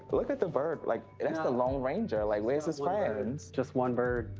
but look at the bird. like, that's the lone ranger. like where's his friends? just one bird.